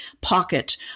pocket